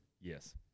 Yes